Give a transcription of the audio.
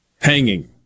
hanging